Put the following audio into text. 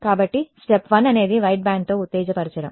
కాబట్టి స్టెప్ 1 అనేది white band తో ఉత్తేజపరచడం